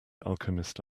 alchemist